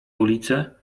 ulice